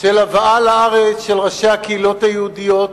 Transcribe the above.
של הבאה לארץ של ראשי הקהילות היהודיות,